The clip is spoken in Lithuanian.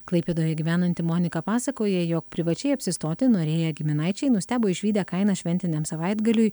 klaipėdoje gyvenanti monika pasakoja jog privačiai apsistoti norėję giminaičiai nustebo išvydę kainas šventiniam savaitgaliui